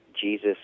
Jesus